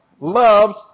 loved